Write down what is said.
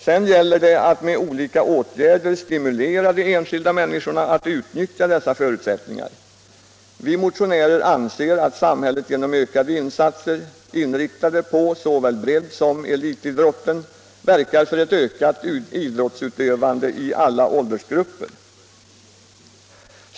Sedan gäller det att med olika åtgärder stimulera de enskilda människorna att utnyttja dessa förutsättningar. Vi motionärer anser att samhället genom ökade insatser inriktade på såväl breddsom elitidrotten bör verka för ett ökat idrottsutövande i alla åldersgrupper.